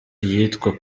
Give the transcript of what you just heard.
iyitwa